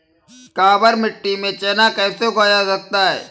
काबर मिट्टी में चना कैसे उगाया जाता है?